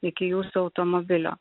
iki jūsų automobilio